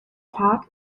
tag